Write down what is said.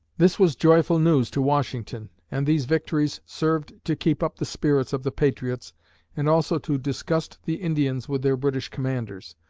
this was joyful news to washington, and these victories served to keep up the spirits of the patriots and also to disgust the indians with their british commanders.